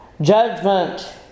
Judgment